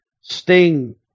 Sting